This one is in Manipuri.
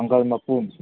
ꯃꯪꯒꯜ ꯃꯄꯨꯝ